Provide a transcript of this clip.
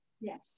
Yes